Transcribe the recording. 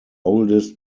oldest